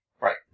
Right